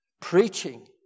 preaching